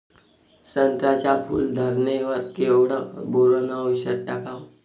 संत्र्याच्या फूल धरणे वर केवढं बोरोंन औषध टाकावं?